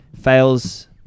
fails